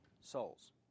souls